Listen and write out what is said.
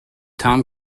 tom